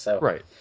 Right